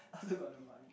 I also got no money